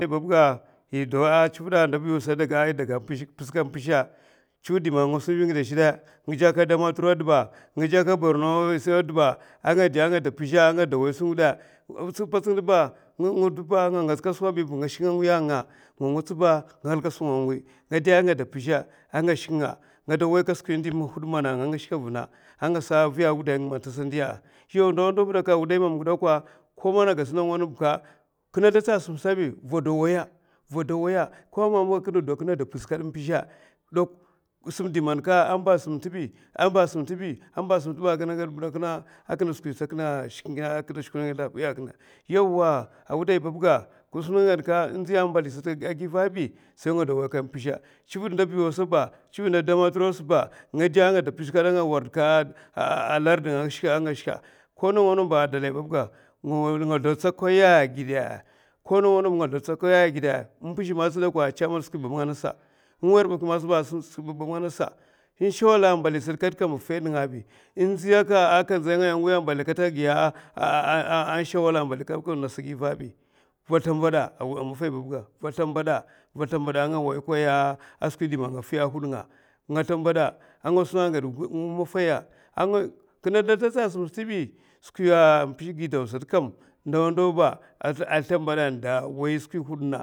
Wa dalai babga ida tsivid na biyu sa ida pizh ka pizh tsivid indi man nga sanbi ngida azhe de nga jakad damatura a dibba nga jakad borno a dibba a nga da nga de pizha pats ngidba nga dauba nga, ngats kad skwabiba nga shik nga shik nga, ngada nga du pizha a nga shik nga, nga da nga de waika skwi indi mana had nga nga, ngasab viya’a, a wudahi atasa ndiya’a yaw ndawa ndawa wudai mamga dakwa ko mana gas nawa nawa bikka kina sidatsa sim stad bi vada waya rada waya ko amama a kina da pizh kadin pizha dak simidi man ka a mba sim tibi amba sim tibi a kina gad s aka a kina skwisa a kina shikina a wiya a kina lawa wudai babga kina suna gadke in nziya a mbali sata a givabi sai nga da waiya kam pizha tsivid na damaturusa. Ba nga da nga da pizh kada a nga warda kad lard nga, a nga shka ko nawa nawa bad alai babga nga sldatsa kwaya a gida, ko nawa nawa ba nga sldatsa kwaya a gida in pizh mansa dakwa tsaman skwi babnga nasa in wer buk masa skwi mana bab nga nasa in shawala a mbali kat’sa kam in fe ninga in nziya a ka nzai ngaya a wiya a mbali in nasa giva bi va slimbada a wa maffai babga va slimba da a nga wai karya a skwi indi man nga fiya’a a hud nga nga slimbada’s nga sun aged ngi maffaiya a nga kina de sldatsa sim stadbi skwiya in pizh gidaw sat kam ndawa nitwa ba a slimbada andu wai skwi hudna.